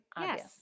yes